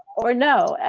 or no.